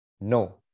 no